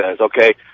Okay